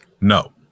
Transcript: No